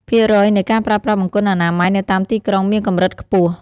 ភាគរយនៃការប្រើប្រាស់បង្គន់អនាម័យនៅតាមទីក្រុងមានកម្រិតខ្ពស់។